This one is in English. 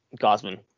Gosman